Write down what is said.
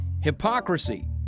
hypocrisy